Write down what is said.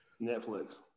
Netflix